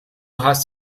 hast